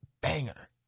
banger